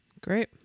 Great